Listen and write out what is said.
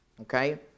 Okay